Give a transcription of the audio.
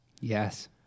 yes